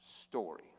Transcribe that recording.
story